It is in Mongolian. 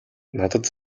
надад